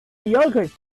yogurt